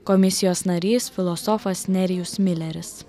komisijos narys filosofas nerijus mileris